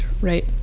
right